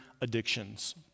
addictions